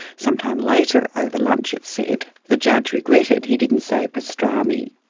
sometime later, over lunch, it's said, the judge regretted he didn't say pastrami.